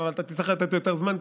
אתה תצטרך לתת לי יותר זמן,